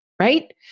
Right